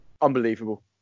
Unbelievable